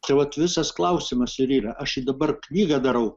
tai vat visas klausimas ir yra aš dabar knygą darau